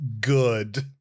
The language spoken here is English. good